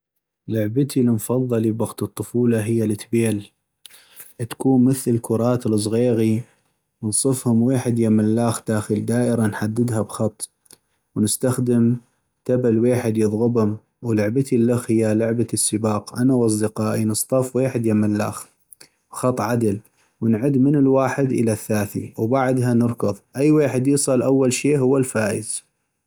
لعبتي المفضلي بوقت الطفولة هي التبيل ، تكون مثل الكرات الصغيغي نصفهم ويحد يم اللاخ داخل دائرة نحددها بخط ، ونستخدم تبل ويحد يضغبم ، ولعبتي اللخ هي لعبة السباق ، انا واصدقائي نصطف ويحد يم اللاخ بخط عدل ونعد من الواحد إلى الثاثي وبعدها نركض ، اي ويحد يصل اول شي هو الفائز.